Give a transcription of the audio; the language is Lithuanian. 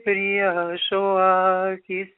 priešo akys